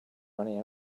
running